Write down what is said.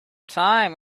time